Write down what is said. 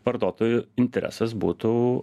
vartotojų interesas būtų